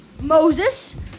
Moses